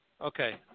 Okay